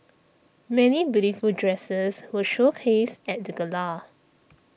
many beautiful dresses were showcased at the gala